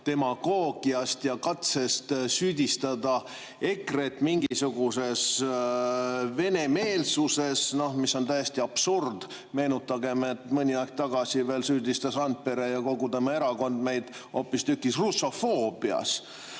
demagoogiast ja katsest süüdistada EKRE-t mingisuguses venemeelsuses. Noh, see on täiesti absurd. Meenutagem, et veel mõni aeg tagasi süüdistas Randpere ja kogu tema erakond meid hoopistükkis russofoobias. Aga